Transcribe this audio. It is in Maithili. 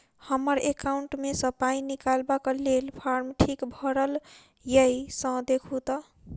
हम्मर एकाउंट मे सऽ पाई निकालबाक लेल फार्म ठीक भरल येई सँ देखू तऽ?